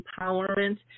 Empowerment